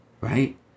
right